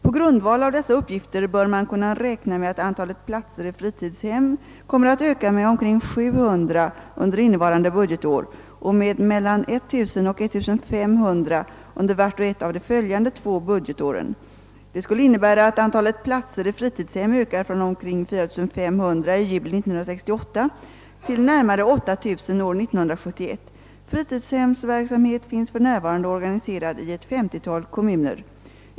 På grundval av dessa uppgif ter bör man kunna räkna med att antalet platser i fritidshem kommer att öka med omkring 700 under innevarande budgetår och med mellan 1 000 och 1500 under vart och ett av de följande två budgetåren. Det skulle innebära att antalet platser i fritidshem ökar från omkring 4 500 i juli 1968 till närmare 8000 år 1971. Fritidshemsverksamhet finns för närvarande organiserad i ett femtiotal kommuner.